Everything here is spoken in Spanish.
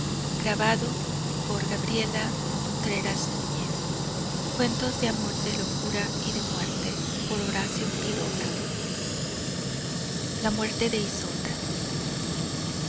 gutenberg's cuentos de amor de locura y de muerte by horacio quiroga